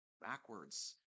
backwards